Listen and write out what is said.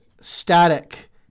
static